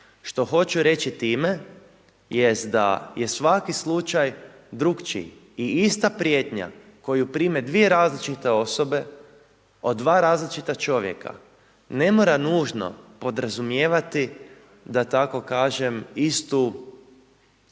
Što hoću reći time? Da je svaki slučaj drukčiji i ista prijetnja koju prime dvije različite osobe od dva različita čovjeka ne mora nužno podrazumijevati istu opasnost.